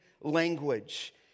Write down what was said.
language